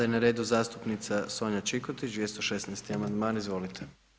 je na redu zastupnica Sonja Čikotić, 216 amandman, izvolite.